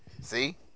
See